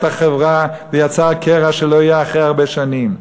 החברה ויצר קרע שלא ייאחה הרבה שנים.